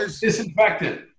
Disinfectant